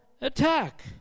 attack